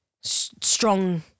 strong